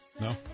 No